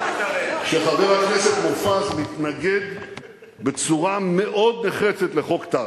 שמעתי שחבר הכנסת מופז מתנגד בצורה מאוד נחרצת לחוק טל.